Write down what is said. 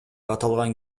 аталган